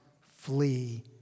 flee